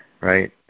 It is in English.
right